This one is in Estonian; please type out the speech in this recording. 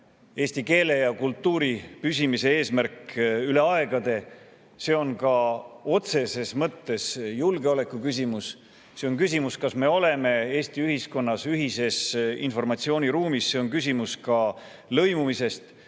eesti keele ja kultuuri püsimise eesmärk üle aegade. See on ka otseses mõttes julgeolekuküsimus. See on küsimus, kas me oleme Eesti ühiskonnas ühises informatsiooniruumis, see on küsimus ka lõimumisest.